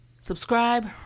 subscribe